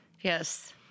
Yes